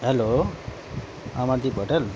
hello Amardeep hotel